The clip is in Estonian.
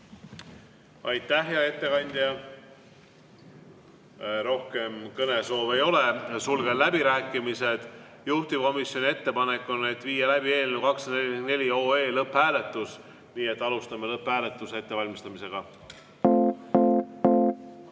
Aitäh, hea ettekandja! Rohkem kõnesoove ei ole, sulgen läbirääkimised. Juhtivkomisjoni ettepanek on viia läbi eelnõu 244 lõpphääletus, nii et alustame lõpphääletuse ettevalmistamist.